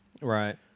Right